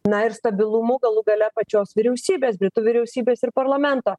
na ir stabilumu galų gale pačios vyriausybės britų vyriausybės ir parlamento